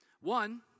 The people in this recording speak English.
One